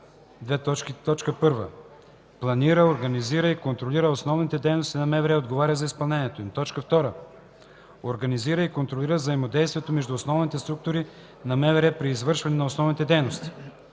секретар: 1. планира, организира и контролира основните дейности на МВР и отговаря за изпълнението им; 2. организира и контролира взаимодействието между основните структури на МВР при извършване на основните дейности;